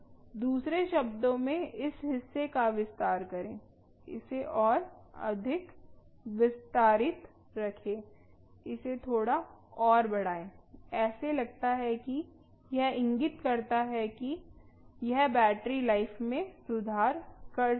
दूसरे शब्दों में इस हिस्से का विस्तार करें इसे और अधिक विस्तारित रखें इसे थोड़ा और बढ़ाएं ऐसा लगता है कि यह इंगित करता है कि यह बैटरी लाइफ में सुधार कर सकता है